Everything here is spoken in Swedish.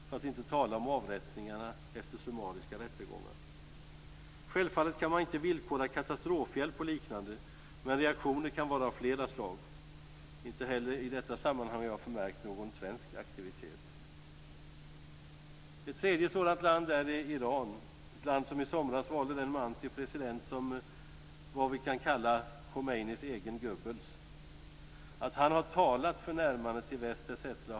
För att inte tala om avrättningarna efter summariska rättegångar. Självfallet kan man inte villkora katastrofhjälp och liknande, men reaktioner kan vara av flera slag. Inte heller i detta sammanhang har jag förmärkt någon svensk aktivitet. Ett tredje sådant land är Iran. Det land som i somras valde den man till president som var, vad vi kan kalla, Khomeinis egen Goebbels. Att han har talat för ett närmade till väst etc.